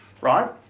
right